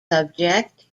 subject